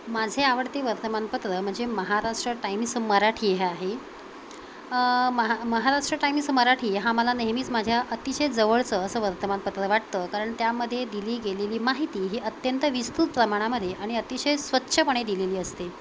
माझे आवडते वर्तमानपत्र म्हणजे महाराष्ट्र टाईमिस मराठी हे आहे महा महाराष्ट्र टाईमिस मराठी हे मला नेहमीच माझ्या अतिशय जवळचं असं वर्तमानपत्र वाटतं कारण त्यामध्ये दिली गेलेली माहिती ही अत्यंत विस्तृत प्रमाणामध्ये आणि अतिशय स्वच्छपणे दिलेली असते